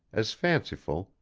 as fanciful,